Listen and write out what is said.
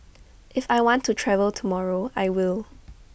if I want to travel tomorrow I will